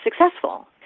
successful